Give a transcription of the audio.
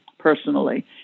personally